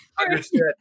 Understood